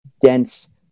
dense